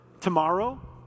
tomorrow